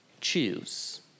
choose